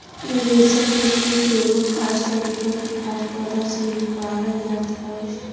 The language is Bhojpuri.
इ रेशम के कीट एगो खास तरीका के खाद्य पौधा पे ही पालल जात हवे